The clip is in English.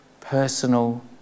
personal